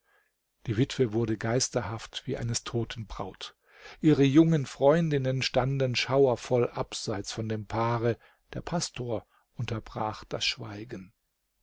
die witwe wurde geisterhaft wie eines toten braut ihre jungen freundinnen standen schauervoll abseits von dem paare der pastor unterbrach das schweigen